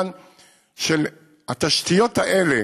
התשתיות האלה